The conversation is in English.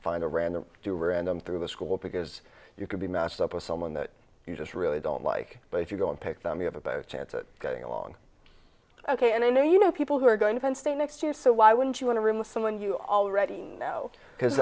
find a random do random through the school because you could be matched up with someone that you just really don't like but if you go and pick them you have a better chance of getting along ok and i know you know people who are going to penn state next year so why wouldn't you want to room with someone you already know because